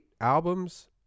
albums